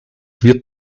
wird